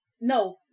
No